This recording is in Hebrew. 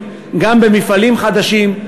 גם במפעלים חדשים,